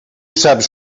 saps